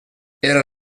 era